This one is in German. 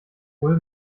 tool